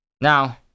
Now